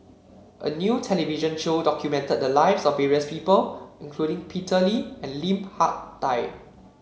a new television show documented the lives of various people including Peter Lee and Lim Hak Tai